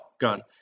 gun